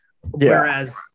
whereas